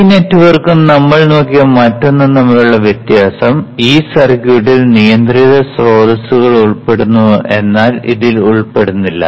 ഈ നെറ്റ്വർക്കും നമ്മൾ നോക്കിയ മറ്റൊന്നും തമ്മിലുള്ള വ്യത്യാസം ഈ സർക്യൂട്ടിൽ നിയന്ത്രിത സ്രോതസ്സുകൾ ഉൾപ്പെടുന്നു എന്നാൽ ഇതിൽ ഉൾപ്പെടുന്നില്ല